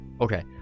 Okay